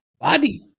Body